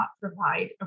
provide